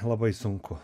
labai sunku